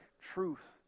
truth